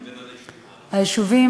את מדברת על היישובים,